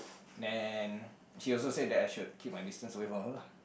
then she also said that I should keep my distance away from her ah